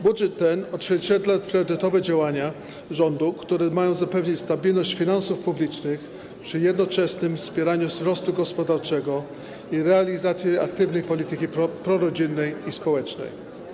Budżet ten odzwierciedla priorytetowe działania rządu, które mają zapewnić stabilność finansów publicznych, przy jednoczesnym wspieraniu wzrostu gospodarczego i realizacji aktywnej polityki prorodzinnej i społecznej.